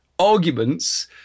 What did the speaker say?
arguments